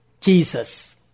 Jesus